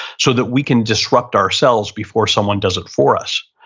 so that we can disrupt ourselves before someone does it for us.